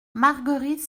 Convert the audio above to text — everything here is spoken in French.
marguerite